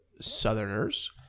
southerners